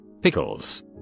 pickles